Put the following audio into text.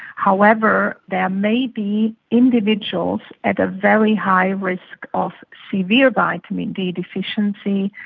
however, there may be individuals at a very high risk of severe vitamin d deficiency,